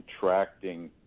contracting